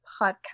podcast